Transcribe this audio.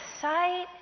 sight